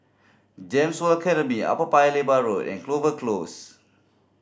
GEMS World Academy Upper Paya Lebar Road and Clover Close